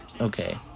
okay